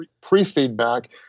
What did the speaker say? pre-feedback